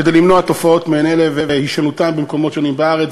כדי למנוע תופעות מעין אלה והישנותן במקומות שונים בארץ.